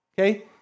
okay